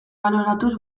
baloratuz